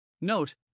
Note